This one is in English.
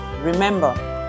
Remember